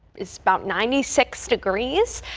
it's about ninety six degrees.